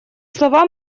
слова